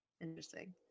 interesting